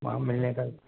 وہاں ملنے کا